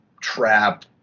trap